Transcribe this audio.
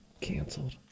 canceled